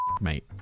mate